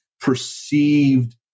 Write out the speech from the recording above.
perceived